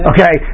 Okay